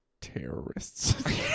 Terrorists